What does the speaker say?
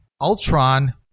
Ultron